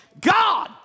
God